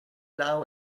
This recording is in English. now